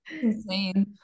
insane